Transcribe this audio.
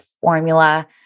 formula